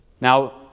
Now